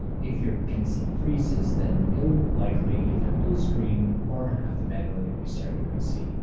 if your pc freezes, then you'll likely either blue screen or have to manually restart your pc